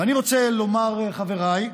ואני רוצה לומר, חבריי,